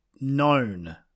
known